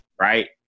right